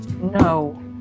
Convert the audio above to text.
No